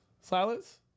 Silence